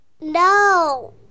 No